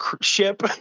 ship